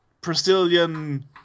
Brazilian